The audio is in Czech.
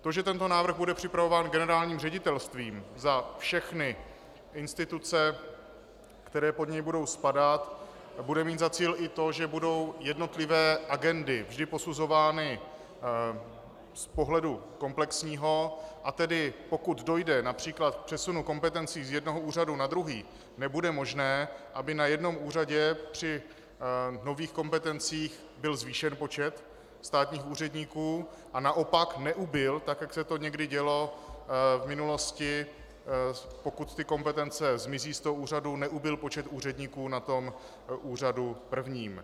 To, že tento návrh bude připravován generálním ředitelstvím za všechny instituce, které pod něj budou spadat, bude mít za cíl i to, že budou jednotlivé agendy vždy posuzovány z pohledu komplexního, a tedy pokud dojde například k přesunu kompetencí z jednoho úřadu na druhý, nebude možné, aby na jednom úřadě při nových kompetencích byl zvýšen počet státních úředníků a naopak neubyl, jak se to někdy dělo v minulosti, pokud kompetence z úřadu zmizí, počet úředníků na tom úřadu prvním.